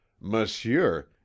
monsieur